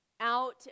out